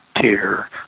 tier